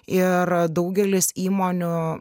ir daugelis įmonių